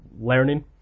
learning